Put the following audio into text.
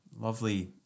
lovely